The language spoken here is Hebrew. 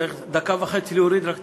צריך דקה וחצי רק בשביל להוריד את הפודיום.